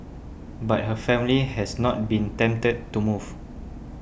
but her family has not been tempted to move